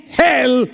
hell